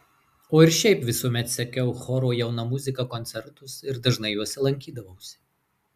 o ir šiaip visuomet sekiau choro jauna muzika koncertus ir dažnai juose lankydavausi